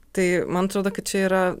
tai man atrodo kad čia yra